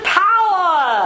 power